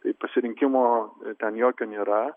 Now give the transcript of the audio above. tai pasirinkimo ten jokio nėra